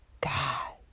God